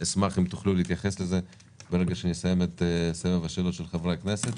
אשמח אם תוכלו להתייחס לזה ברגע שנסיים את סבב השאלות של חברי הכנסת.